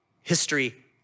history